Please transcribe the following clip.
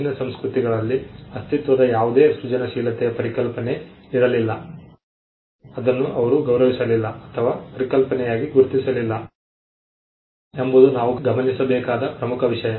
ಪ್ರಾಚೀನ ಸಂಸ್ಕೃತಿಗಳಲ್ಲಿ ಅಸ್ತಿತ್ವದ ಯಾವುದೇ ಸೃಜನಶೀಲತೆಯ ಪರಿಕಲ್ಪನೆ ಇರಲಿಲ್ಲ ಅದನ್ನು ಅವರು ಗೌರವಿಸಲಿಲ್ಲ ಅಥವಾ ಪರಿಕಲ್ಪನೆಯಾಗಿ ಗುರುತಿಸಲಿಲ್ಲ ಎಂಬುದು ನಾವು ಗಮನಿಸಬೇಕಾದ ಪ್ರಮುಖ ವಿಷಯ